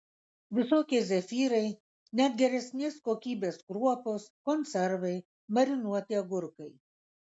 visokie zefyrai net geresnės kokybės kruopos konservai marinuoti agurkai